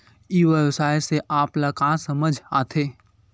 ई व्यवसाय से आप ल का समझ आथे?